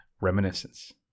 Reminiscence